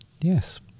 yes